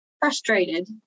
frustrated